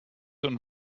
und